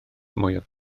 mwyaf